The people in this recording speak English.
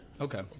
Okay